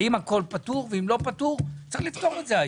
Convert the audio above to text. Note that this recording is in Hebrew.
האם הכול פתור ואם לא פתור צריך לפתור את זה.